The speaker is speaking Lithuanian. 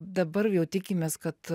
dabar jau tikimės kad